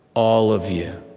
all of you,